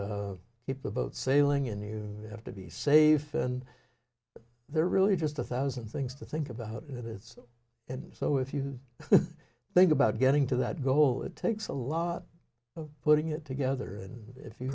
keep the boat sailing and you have to be safe and there are really just a thousand things to think about and it's and so if you think about getting to that goal it takes a lot of putting it together and if you